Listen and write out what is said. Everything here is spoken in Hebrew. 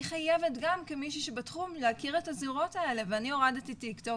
אני חייבת גם כמישהי שבתחום להכיר את הזירות האלה ואני הורדתי טיק טוק